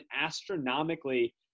astronomically